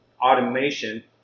automation